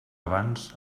abans